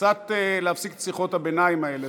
קצת להפסיק את שיחות הביניים האלה.